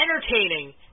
entertaining